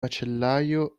macellaio